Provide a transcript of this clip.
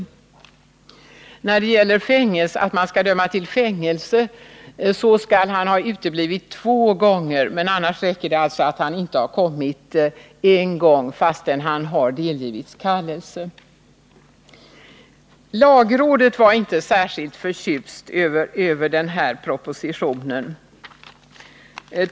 För att man skall få döma en åtalad som icke är närvarande till fängelse skall han ha uteblivit två gånger. Annars räcker det att han uteblivit en gång, fastän han delgivits kallelse. Lagrådet var inte särskilt förtjust över den här propositionen.